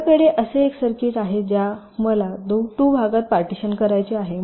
माझ्याकडे असे एक सर्किट आहे ज्या मला 2 भागात पार्टीशन करायचे आहे